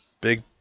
big